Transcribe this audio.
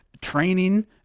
training